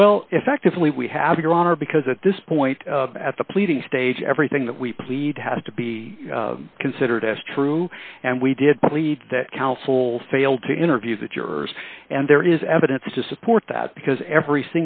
effectively we have your honor because at this point at the pleading stage everything that we plead has to be considered as true and we did plead that counsel failed to interview the jurors and there is evidence to support that because every